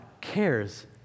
cares